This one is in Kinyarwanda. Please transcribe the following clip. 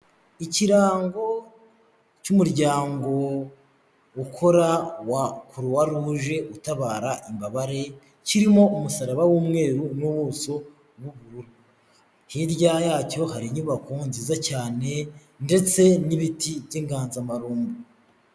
Ikirango cy'umuryango ukora wa kuruwaluje utabara imbabare kirimo umusaraba w'umweru n'ubuso bw'ubururu, hirya yacyo hari inyubako nziza cyane ndetse n'ibiti by'inganzamarumbu.